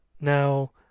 now